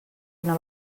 una